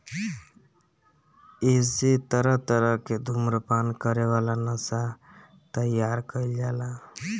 एसे तरह तरह के धुम्रपान करे वाला नशा तइयार कईल जाला